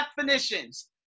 definitions